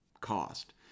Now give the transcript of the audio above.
cost